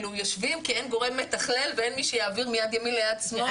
יושבים כי אין מי שיתכלל ואין מי שיעביר מיד ימין ליד שמאל?